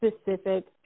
specific